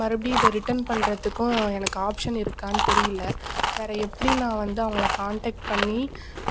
மறுபடியும் இதை ரிட்டன் பண்ணுறத்துக்கும் எனக்கு ஆப்ஷன் இருக்கான்னு தெரியல வேறு எப்படி நான் வந்து அவங்கள காண்ட்டெக்ட் பண்ணி